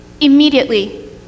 Immediately